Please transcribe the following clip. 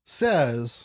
says